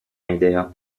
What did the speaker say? idea